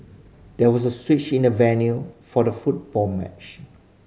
there was a switch in the venue for the football match